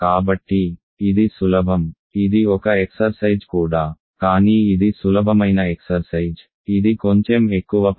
కాబట్టి ఇది సులభం ఇది ఒక ఎక్సర్సైజ్ కూడా కానీ ఇది సులభమైన ఎక్సర్సైజ్ ఇది కొంచెం ఎక్కువ పని